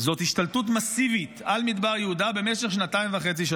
הוא השתלטות מסיבית על מדבר יהודה במשך שנתיים וחצי,